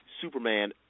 Superman